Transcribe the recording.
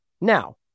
now